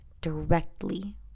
directly